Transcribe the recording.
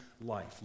life